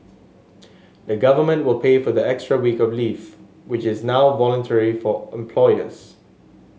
the government will pay for the extra week of leave which is now voluntary for employers